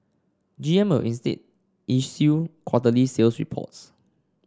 G M will instead issue quarterly sales reports